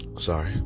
Sorry